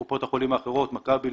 גם קופות החולים האחרות מכבי,